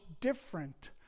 different